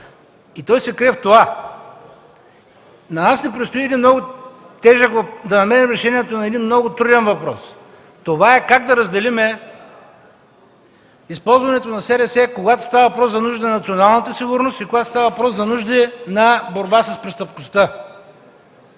Той се крие в това, че на нас ни предстои да намерим решението на един много труден въпрос – как да разделим използването на СРС, когато става въпрос за нуждите на националната сигурност и когато става въпрос за нуждите на борбата с престъпността.